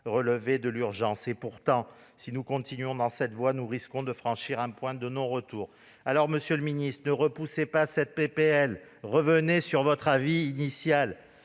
relever de l'urgence. Et pourtant, si nous continuons dans cette voie, nous risquons de franchir un point de non-retour. Alors, monsieur le ministre, ne repoussez pas cette proposition de loi et revenez sur votre avis initial.